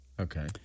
Okay